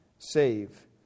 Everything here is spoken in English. save